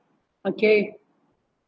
okay